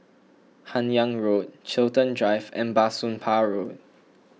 Hun Yeang Road Chiltern Drive and Bah Soon Pah Road